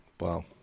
Wow